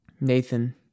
Nathan